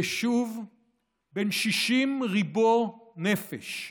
יישוב בן 60 ריבוא נפש,